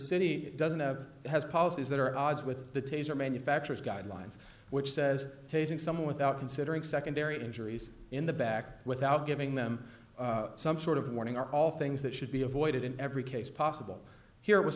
city doesn't have has policies that are at odds with the taser manufacturers guidelines which says tasing someone without considering secondary injuries in the back without giving them some sort of warning are all things that should be avoided in every case possible here it was